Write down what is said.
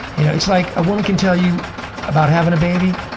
you know it's like a woman can tell you about having a baby,